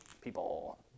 People